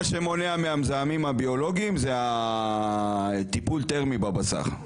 מה שמונע מהמזהמים הביולוגיים זה הטיפול תרמי בבשר.